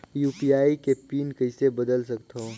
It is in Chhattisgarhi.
यू.पी.आई के पिन कइसे बदल सकथव?